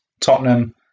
Tottenham